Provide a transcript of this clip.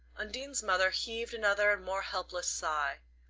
undine's mother heaved another and more helpless sigh.